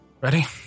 Ready